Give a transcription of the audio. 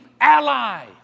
ally